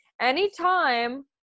Anytime